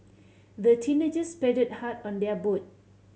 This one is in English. the teenagers paddled hard on their boat